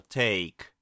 take